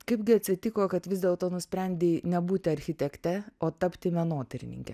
kaipgi atsitiko kad vis dėlto nusprendei nebūti architekte o tapti menotyrininke